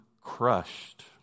crushed